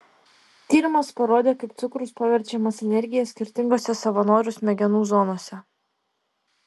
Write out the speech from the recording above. tyrimas parodė kaip cukrus paverčiamas energija skirtingose savanorių smegenų zonose